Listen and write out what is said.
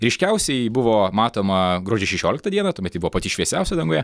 ryškiausiai ji buvo matoma gruodžio šešioliktą dieną tuomet ji buvo pati šviesiausia danguje